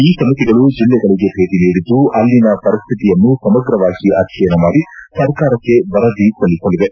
ಈ ಸಮಿತಿಗಳು ಜಿಲ್ಲೆಗಳಿಗೆ ಭೇಟ ನೀಡಿದ್ದು ಅಲ್ಲಿನ ಪರಿಸ್ಥಿತಿಯನ್ನು ಸಮಗ್ರವಾಗಿ ಅಧ್ಯಯನ ಮಾಡಿ ಸರ್ಕಾರಕ್ಕೆ ವರದಿ ಸಲ್ಲಿಸಲಿವೆ